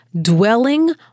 dwelling